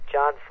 John